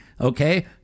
Okay